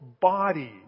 body